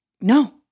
No